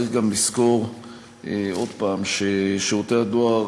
צריך גם לזכור ששירותי הדואר